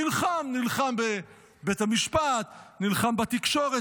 נלחם, נלחם בבית המשפט, נלחם בתקשורת.